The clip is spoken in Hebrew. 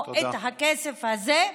או את הכסף הזה,